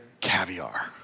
caviar